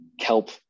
kelp